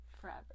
Forever